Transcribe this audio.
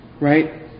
Right